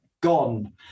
gone